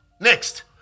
Next